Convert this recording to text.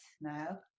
now